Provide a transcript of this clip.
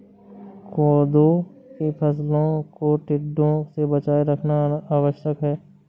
कोदो की फसलों को टिड्डों से बचाए रखना आवश्यक है